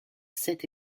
sept